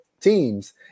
teams